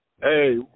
Hey